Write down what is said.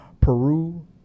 Peru